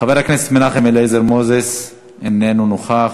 חבר הכנסת מנחם אליעזר מוזס, איננו נוכח,